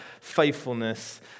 faithfulness